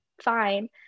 fine